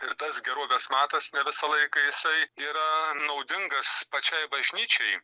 ir tas gerovės matas ne visą laiką jisai yra naudingas pačiai bažnyčiai